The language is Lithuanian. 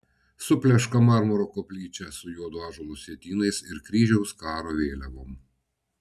supleška marmuro koplyčia su juodo ąžuolo sietynais ir kryžiaus karo vėliavom